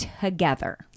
together